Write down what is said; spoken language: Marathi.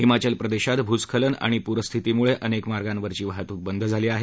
हिमाचल प्रदेशात भूस्खलन आणि पूरस्थितीमुळे अनेक मार्गावरची वाहतुक बंद झाली आहे